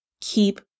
Keep